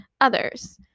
others